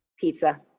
Pizza